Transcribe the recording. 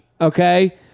okay